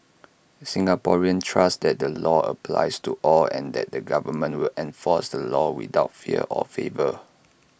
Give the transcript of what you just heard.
Singaporeans trust that the law applies to all and that the government will enforce the laws without fear or favour